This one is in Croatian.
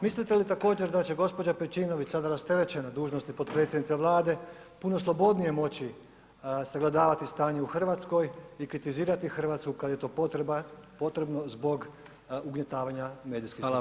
Mislite li također da gospođa Pejčinović sada rasterećena dužnosti potpredsjednice Vlade puno slobodnije moći sagledavati stanje u Hrvatskoj i kritizirati Hrvatsku kada je to potrebno zbog ugnjetavanja medijskih